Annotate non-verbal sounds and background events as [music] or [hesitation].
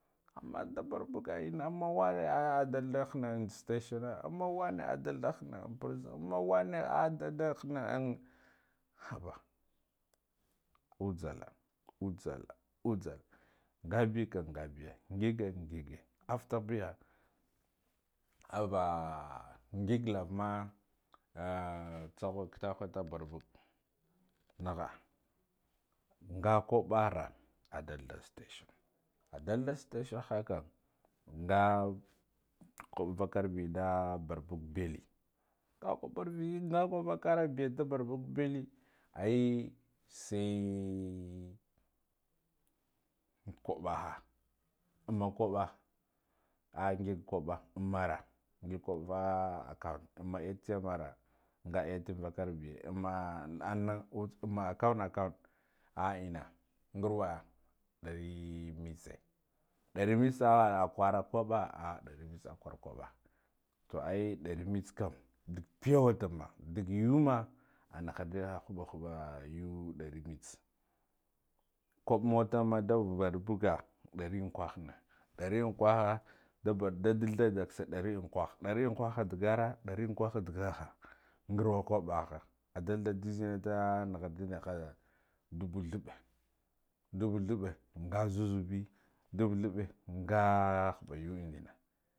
Nda barbage amma wane adalda hanna an station amma wane adalda hannan parzan, amma wame an haba uzalla uzallah ngabikam ngabiye ngigen ngige afkabiya anba ngig lavan mu ah tsakhu kitakwe da barbug nagha nga kubbara adalda setation adalda setation kam nga kubb vakarbi da barbag belle nga kubar be nga kubb vakar biya da barbug belle ai sai kubbaha, amma kabba kha a ngig kubba ammora ngig kubb vaa account amma atm mara nga atm vakar be amma [hesitation] an na amma account account ah enna ngarwo dur mitse dari khuran ah dari mitse khur kubba tu ai dari mitse kam dagga peyawatama dagga yuwe ma an ba da khuba khuba yawe dori mitsi kubb mutama nda barbaya dari unkwahe dari unkwahe dubar nda dalda daggase dari ankwahe dari unkwahe daggora dari unkwahe daggaha ngarwa kubba ha adalda zez nda nakhardi nabha dubba thabbe dubba thabbe aza zube nduba thabbe [unintelligible]